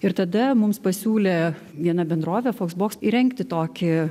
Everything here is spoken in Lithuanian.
ir tada mums pasiūlė viena bendrovė foxbox įrengti tokį